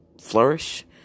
flourish